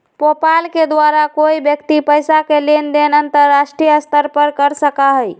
PayPal के द्वारा कोई व्यक्ति पैसा के लेन देन अंतर्राष्ट्रीय स्तर पर कर सका हई